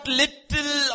little